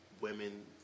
women